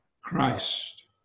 Christ